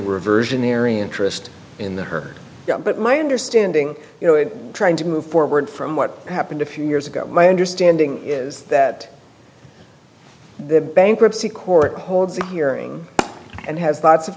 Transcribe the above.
reversionary interest in the her but my understanding you know it trying to move forward from what happened a few years ago my understanding is that the bankruptcy court holds a hearing and has lots of